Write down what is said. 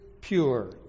pure